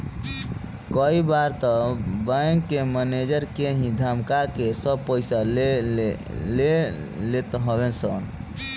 कई बार तअ बैंक के मनेजर के ही धमका के सब पईसा ले लेत हवे सन